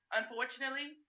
unfortunately